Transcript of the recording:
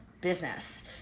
business